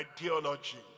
ideology